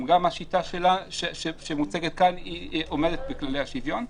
גם השיטה שמוצגת כאן עומדת בכללי השוויון,